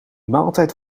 maaltijd